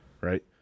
right